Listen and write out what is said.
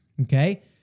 Okay